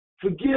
Forgive